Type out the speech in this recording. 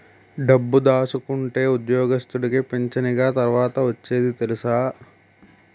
డబ్బు దాసుకుంటేనే ఉద్యోగస్తుడికి పింఛనిగ తర్వాత ఒచ్చేది తెలుసా